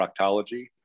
proctology